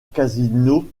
casino